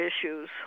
issues